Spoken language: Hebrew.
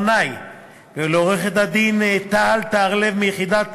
ברנאי ולעורכת-הדין תהל טהר-לב מיחידת